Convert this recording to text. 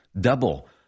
Double